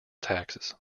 taxes